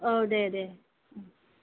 औ दे दे